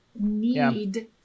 need